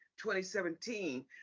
2017